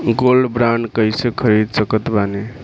Gold bond कईसे खरीद सकत बानी?